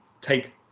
take